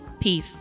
Peace